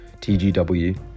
TGW